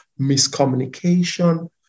miscommunication